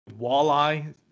walleye